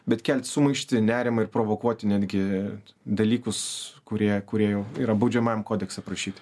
bet kelt sumaištį nerimą ir provokuoti netgi dalykus kurie kurie jau yra baudžiamajam kodekse aprašyti